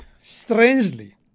strangely